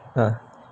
ah